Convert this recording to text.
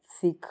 thick